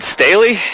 Staley